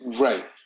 Right